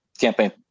campaign